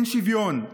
אין שוויון,